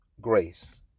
grace